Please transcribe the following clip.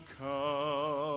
come